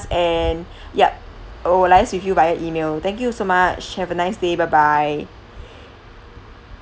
and yup uh we'll liaise with you via email thank you so much have a nice day bye bye